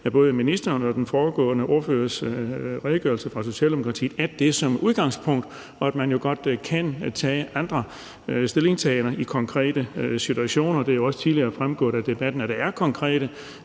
af både ministerens og den foregående ordførers tale, at man som udgangspunkt godt kan tage en anden stillingtagen i konkrete situationer. Der er jo også tidligere fremgået af debatten, at der er konkrete